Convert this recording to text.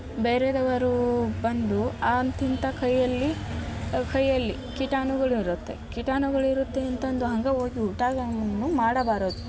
ಬೇರೆಯವರು ಬಂದು ಅಂಥಿಂಥ ಕೈಯಲ್ಲಿ ಕೈಯಲ್ಲಿ ಕೀಟಾಣುಗಳು ಇರುತ್ತೆ ಕೀಟಾಣುಗಳು ಇರುತ್ತೆ ಅಂತಂದು ಹಂಗೇ ಹೋಗಿ ಊಟನೂ ಮಾಡಬಾರದು